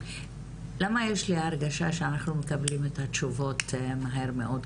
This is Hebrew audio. למה יש לי הרגשה שאנחנו מקבלים את התשובות מהר מאוד?